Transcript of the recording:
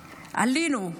עלינו,